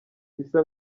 risa